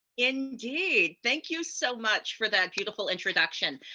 indeed. thank you so much for that beautiful introduction.